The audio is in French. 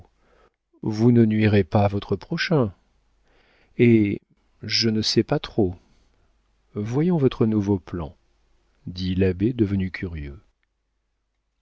vous ne nuirez pas à votre prochain hé hé je ne sais pas trop voyons votre nouveau plan dit l'abbé devenu curieux